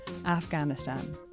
Afghanistan